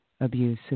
abuse